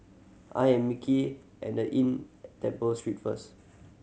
I am Micky at The Inn at Temple Street first